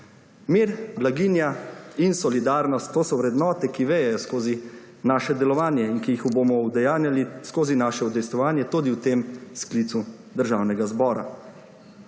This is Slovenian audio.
Mir, blaginja in solidarnost. To so vrednote, ki vejejo skozi naše delovanje in ki jih bomo udejanjali skozi naše udejstvovanje tudi v tem sklicu Državnega zbora.